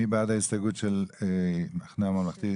מי בעד ההסתייגות של המחנה הממלכתי,